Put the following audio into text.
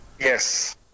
Yes